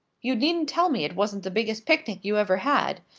you needn't tell me it wasn't the biggest picnic you ever had!